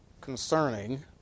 concerning